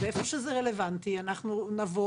ואיפה שזה רלוונטי אנחנו נבוא.